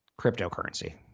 Cryptocurrency